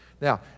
Now